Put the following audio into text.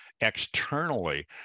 externally